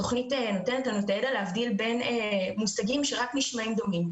התוכנית נותנת לנו את הידע להבדיל בין מושגים שרק נשמעים דומים,